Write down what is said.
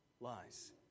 lies